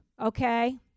okay